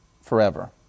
forever